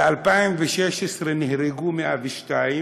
ב-2016 נהרגו 102,